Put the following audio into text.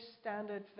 Standard